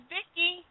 Vicky